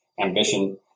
ambition